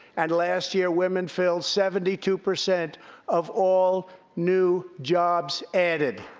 and, last year, women filled seventy two percent of all new jobs added.